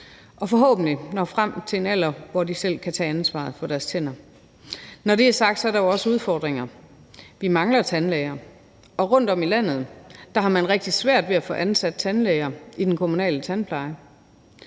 og forhåbentlig når frem til en alder, hvor de selv kan tage ansvaret for deres tandsundhed. Når det er sagt, er der jo også udfordringer. Vi mangler tandlæger, og rundtom i landet har man rigtig svært ved at få ansat tandlæger i den kommunale tandpleje,